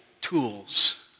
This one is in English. tools